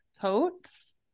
coats